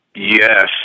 Yes